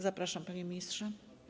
Zapraszam, panie ministrze.